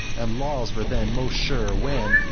and laws were then most sure when,